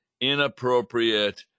Inappropriate